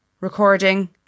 recording